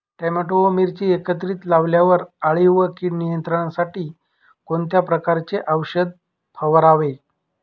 Tomato व मिरची एकत्रित लावल्यावर अळी व कीड नियंत्रणासाठी कोणत्या प्रकारचे औषध फवारावे?